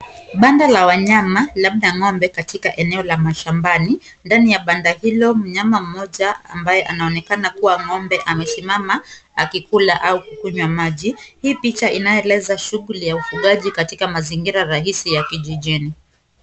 Banda la wanyama labda ng'ombe katika eneo la mashambani, ndani ya banda hilo mnyama mmoja ambaye anaonekana kuwa ng'ombe amesimama akikula au kukunywa maji, hii picha inaeleza shughuli ya ufugaji katika mazingira rahisi ya kijijini.